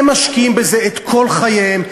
הם משקיעים בזה את כל חייהם,